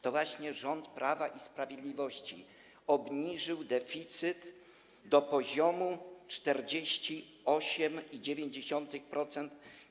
To właśnie rząd Prawa i Sprawiedliwości obniżył deficyt do poziomu 48,9%.